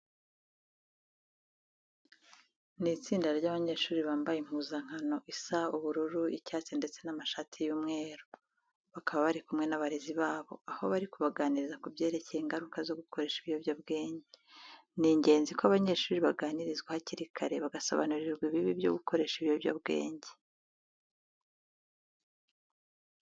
Ni itsinda ry'abanyeshuri bambaye impuzankano isa ubururu, icyatsi ndetse n'amashati y'umweru. Bakaba bari kumwe n'abarezi babo aho bari kubaganiriza ku byerekeye ingaruka zo gukoresha ibiyobyabwenge. Ni ingenzi ko abanyeshuri baganirizwa hakiri kare, bagasobanurirwa ibibi byo gukoresha ibiyobyabwenge.